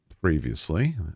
previously